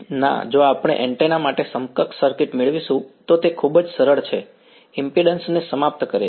વિદ્યાર્થી ના જો આપણે એન્ટેના માટે સમકક્ષ સર્કિટ મેળવીશું તો તે ખૂબ જ સરળ છે ઈમ્પિડ્ન્સ ને સમાપ્ત કરે છે